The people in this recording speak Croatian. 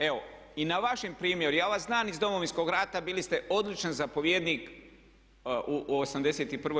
Evo i na vašem primjeru, ja vas znam iz Domovinskog rata, bili ste odličan zapovjednik u 81.